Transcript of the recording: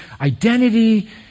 identity